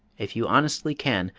if you honestly can,